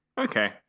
okay